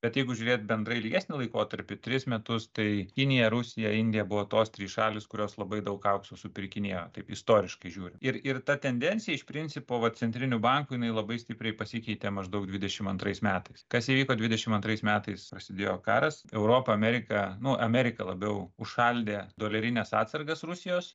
bet jeigu žiūrėt bendrai ilgesnį laikotarpį tris metus tai kinija rusija indija buvo tos trys šalys kurios labai daug aukso supirkinėjo taip istoriškai žiūrint ir ir ta tendencija iš principo va centrinių bankų jinai labai stipriai pasikeitė maždaug dvidešimt antrais metais kas įvyko dvidešimt antrais metais atsidėjo karas europa amerika nu amerika labiau užšaldė dolerines atsargas rusijos